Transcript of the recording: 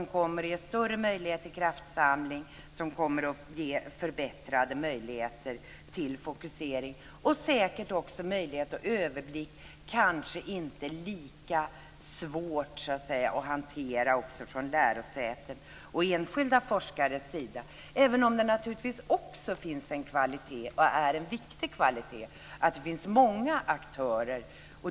Den kommer att ge större möjlighet till kraftsamling och fokusering, och säkert också överblick. Den kanske inte blir lika svår att hantera från lärosäten och enskilda forskares sida. Det ligger naturligtvis också en kvalitet, en viktig sådan, i att det finns många aktörer.